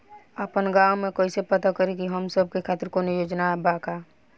आपन गाँव म कइसे पता करि की हमन सब के खातिर कौनो योजना बा का?